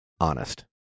honest